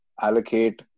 allocate